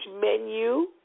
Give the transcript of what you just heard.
menu